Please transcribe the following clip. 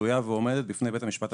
תלויה ועומדת בפני בית המשפט המחוזי.